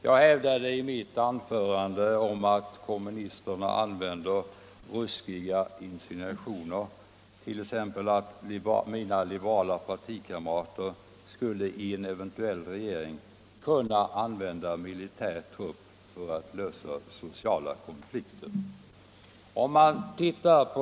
Jag hävdade i mitt anförande att kommunisterna tillgriper ruskiga insinuationer, bl.a. om att mina liberala partikamrater i en even = Militärs medvertuell regeringsställning skulle kunna använda militär trupp för att lösa — kan vid stillande av sociala konflikter.